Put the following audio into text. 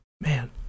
man